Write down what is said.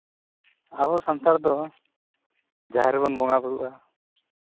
ᱟᱵᱚ ᱥᱟᱱᱛᱟᱲ ᱫᱚ ᱡᱟᱦᱮᱨ ᱨᱮᱵᱚᱱ ᱵᱚᱸᱜᱟᱼᱵᱩᱨᱩᱜᱼᱟ